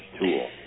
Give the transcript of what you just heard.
tool